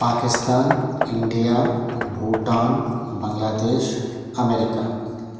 Pakistan India Bhutan Bangladesh America